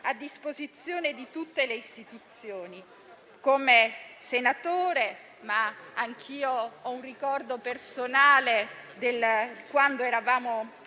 a disposizione di tutte le istituzioni, come senatore - anche io ho un ricordo personale di quando eravamo